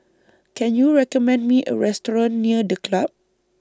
Can YOU recommend Me A Restaurant near The Club